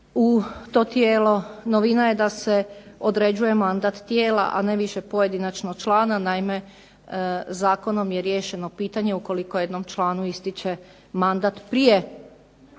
u to tijelo. Novina je da se određuje mandat tijela, a ne više pojedinačno člana. Naime, zakonom je riješeno pitanje ukoliko jednom članu istječe mandat prije